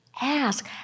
Ask